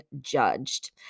judged